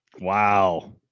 wow